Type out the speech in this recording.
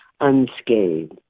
unscathed